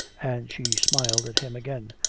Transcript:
and she smiled at him again.